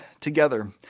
together